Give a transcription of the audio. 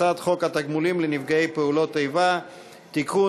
הצעת חוק התגמולים לנפגעי פעולות איבה (תיקון,